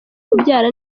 kubyara